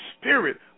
spirit